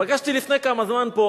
פגשתי לפני כמה זמן פה,